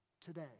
today